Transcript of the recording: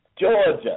Georgia